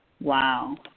Wow